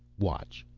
watch.